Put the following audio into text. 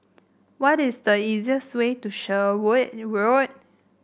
what is the easiest way to Sherwood Road